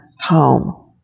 home